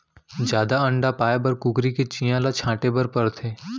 जादा अंडा पाए बर कुकरी के चियां ल छांटे बर परथे